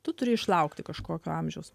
tu turi išlaukti kažkokio amžiaus